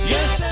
Yes